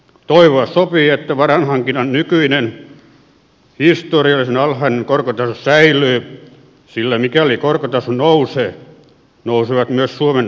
toivoa sopii että varainhankinnan nykyinen historiallisen alhainen korkotaso säilyy sillä mikäli korkotaso nousee nousevat myös suomen takausvastuut